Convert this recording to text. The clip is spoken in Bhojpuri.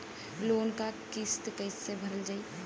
लोन क किस्त कैसे भरल जाए?